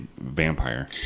vampire